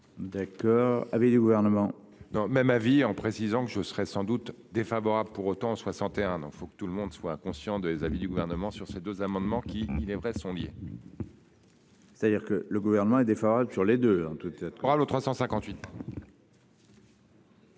D'accord avec le gouvernement. Non même avis en précisant que je serais sans doute défavorable pour autant 61 donc faut que tout le monde soit conscient de l'avis du gouvernement sur ces deux amendements qui il est vrai, sont liées. C'est-à-dire que le gouvernement est défavorable sur les deux en toute.